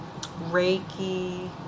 reiki